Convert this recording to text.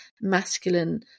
masculine